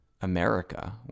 america